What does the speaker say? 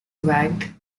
wagged